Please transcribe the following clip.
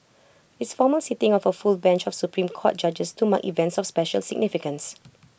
it's formal sitting of A full bench of Supreme court judges to mark events of special significance